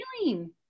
feeling